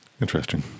interesting